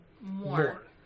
more